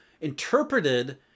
interpreted